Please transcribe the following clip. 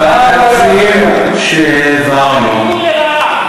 בתקציב שהעברנו, עובדים מפוטרים.